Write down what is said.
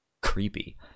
creepy